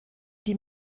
die